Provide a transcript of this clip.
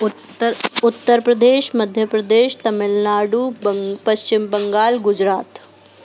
उत्तर उत्तर प्रदेश मध्य प्रदेश तमिलनाडु बंग पश्चिम बंगाल गुजरात